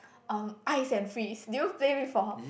um ice and freeze do you play before